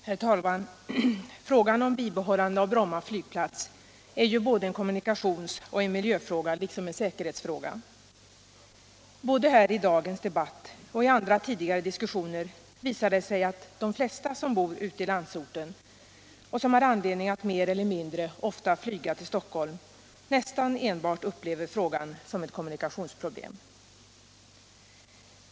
Herr talman! Frågan om bibehållande av Bromma flygplats är en kommunikationsfråga, en miljöfråga och en säkerhetsfråga. Både här i dagens debatt och i tidigare diskussioner visar det sig att de flesta som bor ute i landsorten och som har anledning att mer eller mindre ofta Nyga till Stockholm nästan enbart upplever frågan som ett kommunikationsproblem.